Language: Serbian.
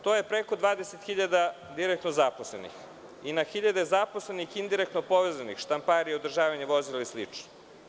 To je preko 20 hiljada direktno zaposlenih i na hiljade zaposlenih indirektno povezanih – štamparije, održavanje vozila i sl.